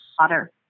water